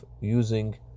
using